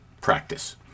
practice